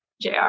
jr